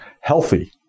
healthy